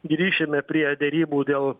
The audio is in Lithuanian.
grįšime prie derybų dėl